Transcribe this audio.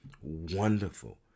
wonderful